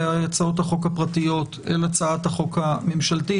הצעות החוק הפרטיות אל הצעת החוק הממשלתית.